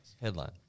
Headline